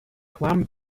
clam